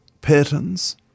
patterns